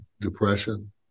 depression